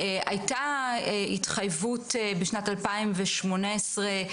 הייתה התחייבות בשנת 2018,